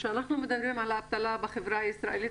כשאנחנו מדברים על האבטלה בחברה הישראלית,